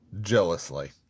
jealously